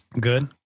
Good